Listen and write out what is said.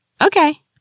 Okay